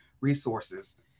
resources